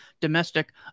domestic